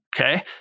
Okay